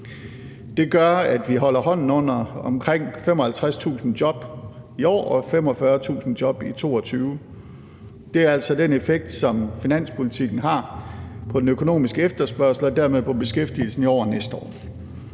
Det gør, at vi holder hånden under omkring 55.000 job i år og 45.000 job i 2022. Det er altså den effekt, som finanspolitikken har på den økonomiske efterspørgsel og dermed på beskæftigelsen i år og næste år.